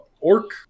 orc